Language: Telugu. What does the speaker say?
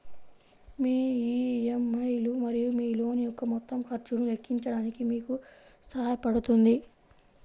మీ ఇ.ఎం.ఐ లు మరియు మీ లోన్ యొక్క మొత్తం ఖర్చును లెక్కించడానికి మీకు సహాయపడుతుంది